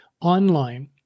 online